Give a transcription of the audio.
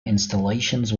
installations